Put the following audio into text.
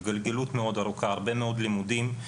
הרבה מאוד לימודים.